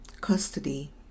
Custody